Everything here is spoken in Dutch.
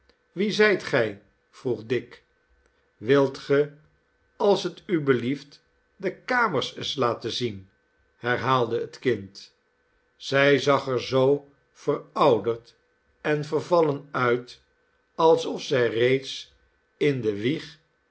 wie zijt gij vroeg dick wilt ge als het u belieft de kamers eens laten zien herhaalde het kind zij zag er zoo verouderd e n vervallen uit alsof zij reeds in de wieg